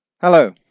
Hello